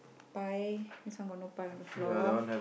pie this one got no pie on the floor